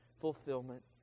fulfillment